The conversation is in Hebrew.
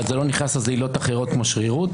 לא נכנס לזה עילות אחרות כמו שרירות?